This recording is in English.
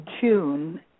June